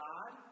God